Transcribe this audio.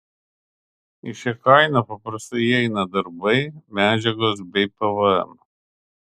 į šią kainą paprastai įeina darbai medžiagos bei pvm